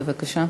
בבקשה.